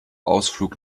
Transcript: ausflug